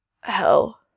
Hell